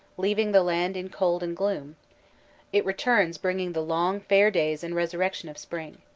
leaving the land in cold and gloom it returns bringing the long fair days and resurrection of spring.